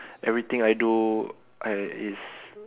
everything I do I is